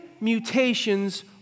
mutations